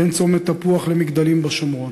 בין צומת תפוח למגדלים בשומרון,